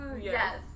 Yes